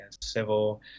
civil